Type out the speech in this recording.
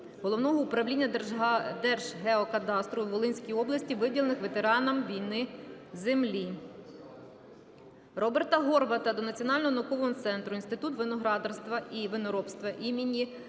Головного управління Держгеокадастру у Волинській області виділенні ветеранам війни землі. Роберта Горвата до Національного наукового центру "Інститут виноградарства і виноробства імені Таїрова"